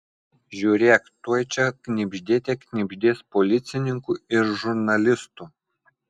žiūrėk tuoj čia knibždėte knibždės policininkų ir žurnalistų